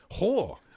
whore